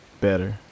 better